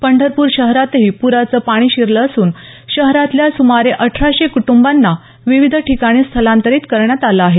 पंढरपूर शहरातही पुराचं पाणी शिरलं असून शहरातल्या सुमारे अठराशे कुटुंबांना विविध ठिकाणी स्थलांतरित करण्यात आलं आहे